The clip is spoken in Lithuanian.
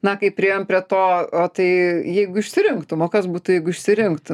na kai priėjom prie to o tai jeigu išsirinktum o kas būtų jeigu išsirinktum